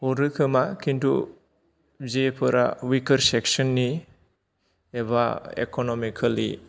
हरोखोमा खिन्थु जिफोरा विकार सेकसननि एबा इकनमिकेलि